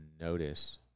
notice